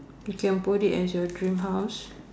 you can put it as your dream house